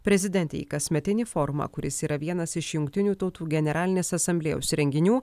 prezidentė į kasmetinį forumą kuris yra vienas iš jungtinių tautų generalinės asamblėjos renginių